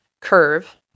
curve